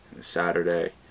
saturday